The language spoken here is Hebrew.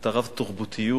את הרב-תרבותיות,